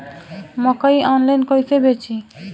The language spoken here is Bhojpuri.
मकई आनलाइन कइसे बेची?